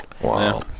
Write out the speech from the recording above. Wow